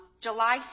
July